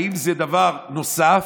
האם זה דבר נוסף?